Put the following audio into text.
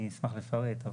אני אשמח לפרט.